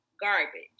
garbage